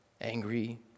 angry